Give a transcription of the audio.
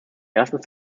ersten